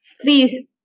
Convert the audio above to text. please